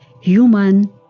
human